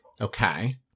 Okay